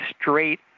straight